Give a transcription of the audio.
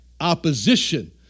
opposition